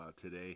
today